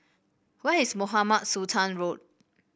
where is Mohamed Sultan Road